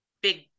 big